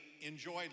enjoyed